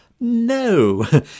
No